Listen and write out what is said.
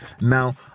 Now